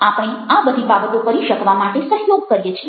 આપણે આ બધી બાબતો કરી શકવા માટે સહયોગ કરીએ છીએ